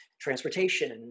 transportation